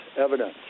evidence